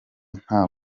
nta